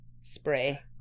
spray